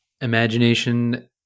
Imagination